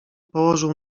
położył